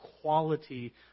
quality